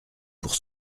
pour